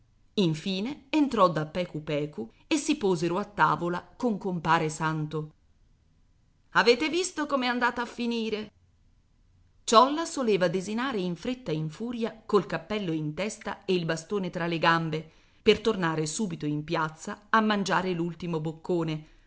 infine entrò da pecu pecu e si posero a tavola con compare santo avete visto com'è andata a finire ciolla soleva desinare in fretta e in furia col cappello in testa e il bastone fra le gambe per tornar subito in piazza a mangiar l'ultimo boccone